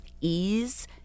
ease